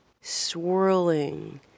swirling